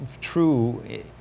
true